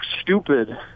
stupid